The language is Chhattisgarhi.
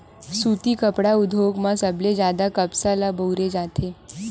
सुती कपड़ा उद्योग म सबले जादा कपसा ल बउरे जाथे